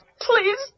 please